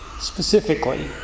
specifically